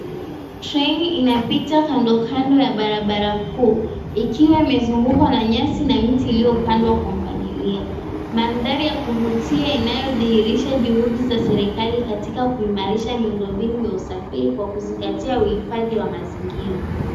Treni inapita kandokando ya barabara kuu ikiwa imezungukwa na nyasi na miti iliyopandwa kwa mpangilio. Maanthari ya kuvutia inayodhihirisha juhudi za serikali katika kuimarisha miundo mbinu ya usafiri kwa kuzingatia uhifadhi wa mazingira.